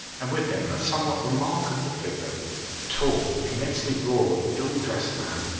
and with him a somewhat remarkable figure a tall, immensely broad, ill-dressed man,